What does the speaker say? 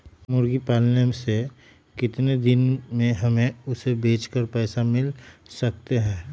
मुर्गी पालने से कितने दिन में हमें उसे बेचकर पैसे मिल सकते हैं?